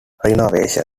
renovation